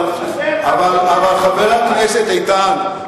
חבר הכנסת איתן,